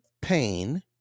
pain